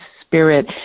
Spirit